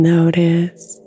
Notice